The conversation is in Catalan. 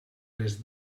les